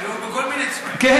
היו בכל מיני צבעים.